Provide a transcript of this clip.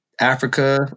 Africa